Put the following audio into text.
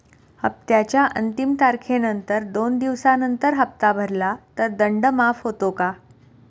हप्त्याच्या अंतिम तारखेनंतर दोन दिवसानंतर हप्ता भरला तर दंड माफ होतो का?